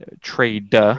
trade